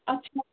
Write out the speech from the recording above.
अच्छा